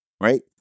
right